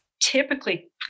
Typically